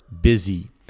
busy